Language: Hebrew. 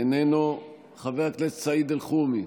איננו, חבר הכנסת סעיד אלחרומי,